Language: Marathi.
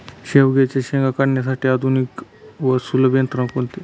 शेवग्याच्या शेंगा काढण्यासाठी आधुनिक व सुलभ यंत्रणा कोणती?